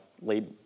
lead